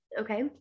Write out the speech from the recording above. Okay